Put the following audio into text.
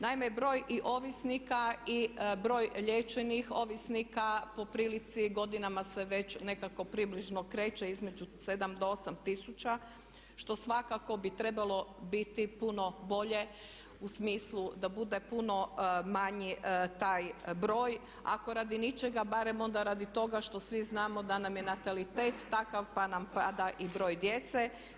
Naime, broj i ovisnika i broj liječenih ovisnika po prilici godinama se već nekako približno kreće između 7 do 8 tisuća što svakako bi trebalo biti puno bolje u smislu da bude puno manji taj broj, ako radi ničega barem onda radi toga što svi znamo da nam je natalitet takav pa nam pada i broj djece.